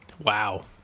Wow